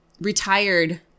retired